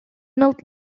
not